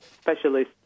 specialist